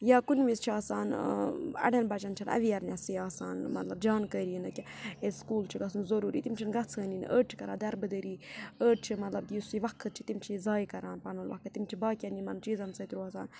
یا کُنہِ وِز چھِ آسان اَڑٮ۪ن بَچَن چھَنہٕ اَویرنیٚسٕے آسان مطلب جانکٲری نہٕ کیٚنٛہہ ییٚلہِ سکوٗل چھِ گژھُن ضٔروٗری تِم چھِنہٕ گژھٲنی نہٕ أڑۍ چھِ کَران دَربٕدٔری أڑۍ چھِ مَطلَب یُس یہِ وقت چھِ تِم چھِ یہِ زایہِ کَران پَنُن وَقت تِم چھِ باقیَن یِمَن چیٖزَن سۭتۍ روزان